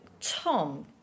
Tom